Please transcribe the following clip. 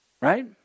Right